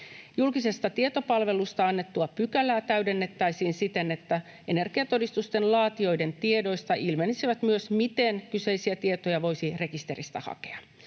Julkisesta tietopalvelusta annettua pykälää täydennettäisiin siten, että energiatodistusten laatijoiden tiedoista ilmenisi myös, miten kyseisiä tietoja voisi rekisteristä hakea.